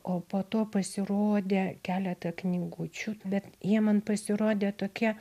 o po to pasirodė keletą knygučių bet jie man pasirodė tokie